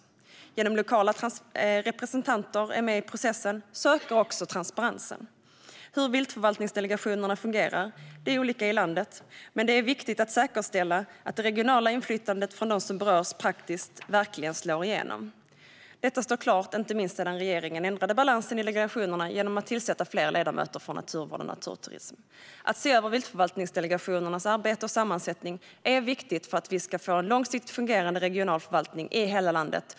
Genom att lokala representanter är med i processen ökar också transparensen. Hur viltförvaltningsdelegationerna fungerar är olika i landet. Men det är viktigt att säkerställa att det regionala inflytandet från dem som berörs praktiskt verkligen slår igenom. Detta står klart inte minst sedan regeringen ändrade balansen i delegationerna genom att tillsätta fler ledamöter från naturvård och naturturism. Att se över viltförvaltningsdelegationernas arbete och sammansättning är viktigt för att vi ska få en långsiktigt fungerande regional förvaltning i hela landet.